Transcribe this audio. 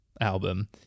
album